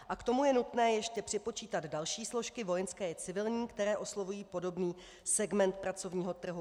K tomu je nutné ještě připočítat další složky vojenské i civilní, které oslovují podobný segment pracovního trhu.